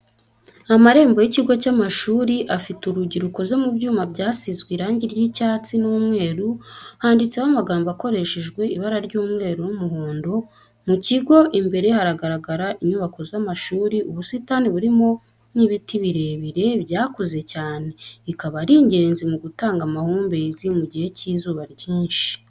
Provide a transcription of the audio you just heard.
Amarembo y'ikigo cy'amashuri afite urugi rukoze mu byuma byasizwe irangi ry'icyatsi n'umweru handitseho amagambo akoreshejwe ibara ry'umweru n'umuhondo, mu kigo imbere hagaragara inyubako z'amashuri, ubusitani burimo n'ibiti birebire byakuze cyane, bikaba ari ingenzi mu gutanga amahumbezi mu gihe cy'izuba ryinshi.